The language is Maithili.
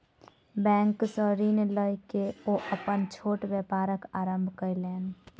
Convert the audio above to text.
बैंक सॅ ऋण लय के ओ अपन छोट व्यापारक आरम्भ कयलैन